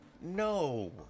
No